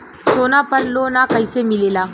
सोना पर loan कइसे मिलेला?